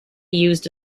used